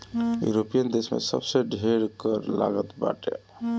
यूरोपीय देस में सबसे ढेर कर लागत बाटे